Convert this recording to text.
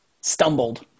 stumbled